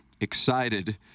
excited